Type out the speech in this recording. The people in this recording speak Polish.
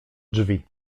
drzwi